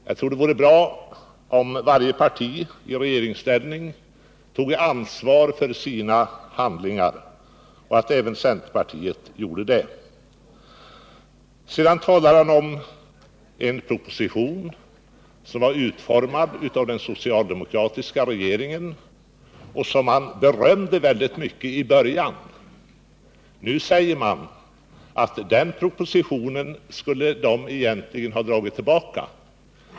Jag tror det vore bättre om varje parti i regeringsställning tog ansvaret för sina handlingar och att även centerpartiet gjorde så. Sedan talade Nils Åsling om en proposition som var utformad av den socialdemokratiska regeringen. Den propositionen berömde man till en början. Nu säger man emellertid att denna skulle man egentligen ha dragit tillbaka.